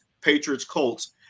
Patriots-Colts